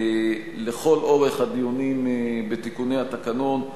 לכל אורך הדיונים בתיקוני התקנון,